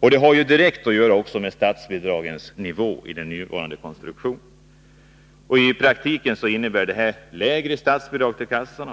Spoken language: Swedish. har också direkt att göra med statsbidragens nivå i den nuvarande konstruktionen. I praktiken innebär det lägre statsbidrag till arbetslöshetskassorna.